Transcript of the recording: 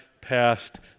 past